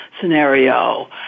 scenario